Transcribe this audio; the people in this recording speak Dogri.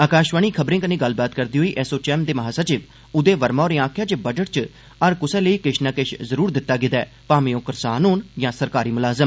आकाषवाणी खबरें कन्नै गल्लबात करदे होई एसोचैम दे महासचिव उदय वर्मा होरें आखेआ जे बजट च हर कुसै लेई किष ना किष जरूर दित्ता गेदा ऐ भामें ओह् करसान होन यां सरकार मुलाज़म